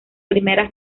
primera